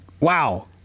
Wow